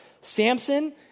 Samson